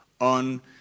on